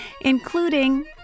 including